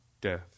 death